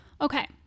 Okay